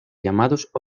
llamados